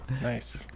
Nice